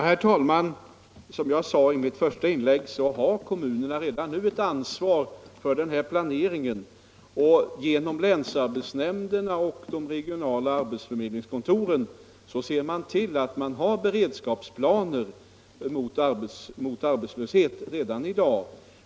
Herr talman! Som jag sade i mitt första inlägg har kommunerna i dag ett ansvar för den här planeringen, och genom länsarbetsnämnderna och de regionala arbetsförmedlingskontoren ser man till att man har beredskapsplaner mot arbetslöshet redan nu.